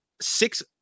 six